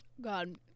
God